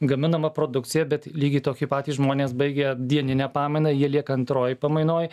gaminama produkcija bet lygiai tokį patį žmonės baigę dieninę pamainą jie lieka antroj pamainoj